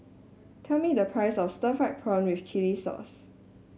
tell me the price of Stir Fried Prawn with Chili Sauce